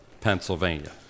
Pennsylvania